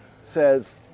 says